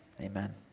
amen